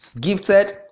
gifted